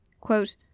Quote